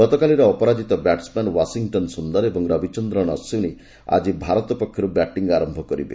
ଗତକାଲିର ଅପରାଜିତ batsman Washington Sundar ଏବଂ ରବିଚନ୍ଦ୍ରନ୍ ଅଶ୍ୱିନ୍ ଆଜି ଭାରତ ପକ୍ଷରୁ ବ୍ୟାଟିଂ ଆରମ୍ଭ କରିବେ